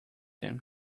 him